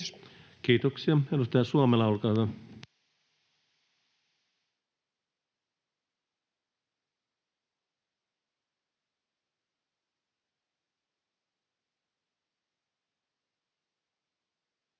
Kiitoksia. — Edustaja Suomela, olkaa hyvä.